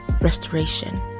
restoration